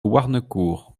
warnecourt